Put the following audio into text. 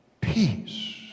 peace